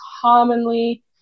commonly